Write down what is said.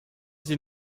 sie